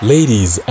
Ladies